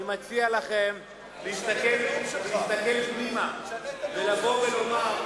אני מציע לכם להסתכל פנימה ולבוא ולומר,